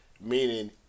meaning